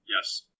Yes